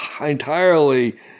entirely